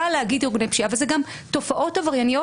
קל להגיד ארגוני פשיעה אבל זה גם תופעות עברייניות